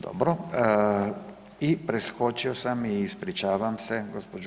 Dobro i preskočio sam i ispričavam se, gđo.